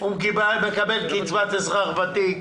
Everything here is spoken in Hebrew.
הוא מקבל קצבת אזרח ותיק,